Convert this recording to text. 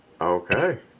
Okay